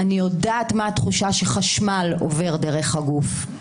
אני יודעת מה התחושה שחשמל עובר דרך הגוף.